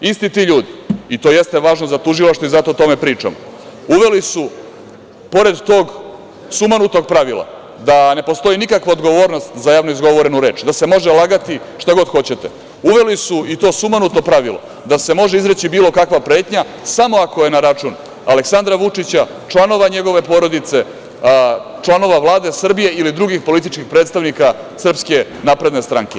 Isti ti ljudi, i to jeste važno za tužilaštvo i zato o tome pričam, uveli su, pred tog sumanutog pravila da ne postoji nikakva odgovornost za javno izgovorenu reč, da se može lagati šta god hoćete, uveli su i to sumanuto pravilo da se može izreći bilo kakva pretnja samo ako je na račun Aleksandra Vučića, članova njegove porodice, članova Vlade Srbije ili drugih političkih predstavnika SNS.